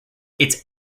its